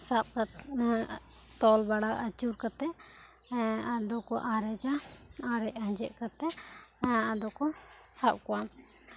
ᱥᱟᱵ ᱠᱟᱛᱮ ᱦᱟᱜ ᱛᱚᱞ ᱵᱟᱲᱟ ᱟᱹᱪᱩᱨ ᱠᱟᱛᱮ ᱟᱫᱚ ᱠᱚ ᱟᱨᱮᱡᱟ ᱟᱨᱮᱡ ᱟᱸᱡᱮᱫ ᱠᱟᱛᱮ ᱟᱫᱚ ᱠᱚ ᱥᱟᱵ ᱠᱚᱣᱟ